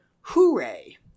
hooray